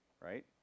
right